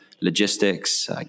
logistics